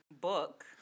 book